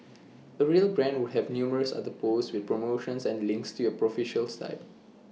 A real brand would have numerous other posts with promotions and links to your official site